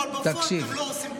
גם בביטוח לאומי.